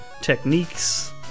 techniques